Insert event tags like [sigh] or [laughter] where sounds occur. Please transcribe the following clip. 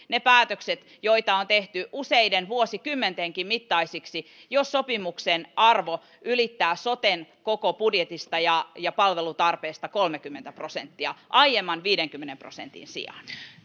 [unintelligible] ne päätökset joita on tehty useiden vuosikymmentenkin mittaisiksi jos sopimuksen arvo ylittää soten koko budjetista ja ja palvelutarpeesta kolmekymmentä prosenttia aiemman viidenkymmenen prosentin sijaan